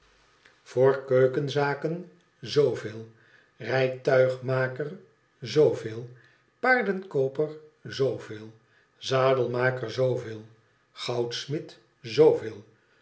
voor keukenzaken zooveel rijtuigmaker zooveel paardenkooper zooveel zadelmaker zooveel goudsmid zooveel